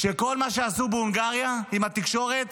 שכל מה שעשו בהונגריה עם התקשורת